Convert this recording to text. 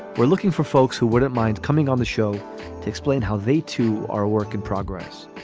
we're looking for folks who wouldn't mind coming on the show to explain how they, too, are work in progress.